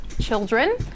children